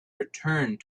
returned